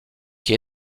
qui